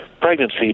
pregnancy